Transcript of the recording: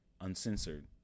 uncensored